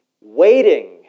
waiting